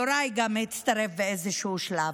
יוראי גם הצטרף באיזשהו שלב,